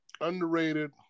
underrated